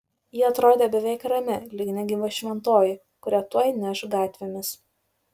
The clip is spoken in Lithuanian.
ji atrodė beveik rami lyg negyva šventoji kurią tuoj neš gatvėmis